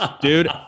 Dude